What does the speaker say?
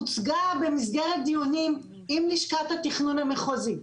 הוצגה במסגרת דיונים עם לשכת התכנון המחוזי,